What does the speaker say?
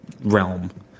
realm